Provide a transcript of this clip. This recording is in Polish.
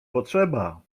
potrzeba